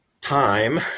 time